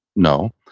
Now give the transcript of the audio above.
no.